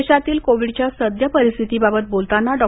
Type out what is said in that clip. देशातील कोविडच्या सद्य परिस्थितीबद्दल बोलताना डॉ